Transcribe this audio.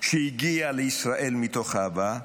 שהגיע לישראל מתוך אהבה,